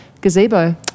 gazebo